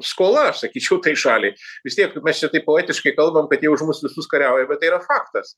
skola aš sakyčiau tai šaliai vis tiek mes čia taip poetiškai kalbam kad jie už mus visus kariauja bet tai yra faktas